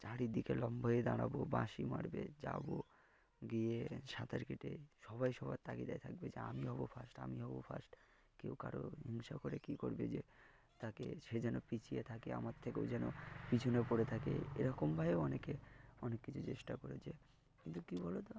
চারিদিকে লম্বা হয়ে দাঁড়াবো বাঁশি মারবে যাবো গিয়ে সাঁতার কেটে সবাই সবার তগিদায় থাকবে যে আমি হবো ফার্স্ট আমি হবো ফার্স্ট কেউ কারো হিংসা করে কী করবে যে তাকে সে যেন পিছিয়ে থাকে আমার থেকেও যেন পিছনে পড়ে থাকে এরকমভাবেও অনেকে অনেক কিছু চেষ্টা করেছে কিন্তু কী বলোতো